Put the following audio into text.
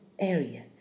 Area